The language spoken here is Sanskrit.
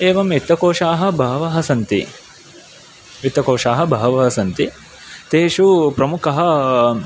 एवं वित्तकोशाः बहवः सन्ति वित्तकोशाः बहवः सन्ति तेषु प्रमुखः